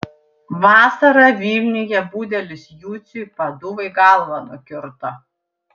vasarą vilniuje budelis juciui paduvai galvą nukirto